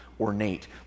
ornate